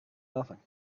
nothing